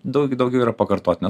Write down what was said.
daug daugiau yra pakartotinės